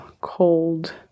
cold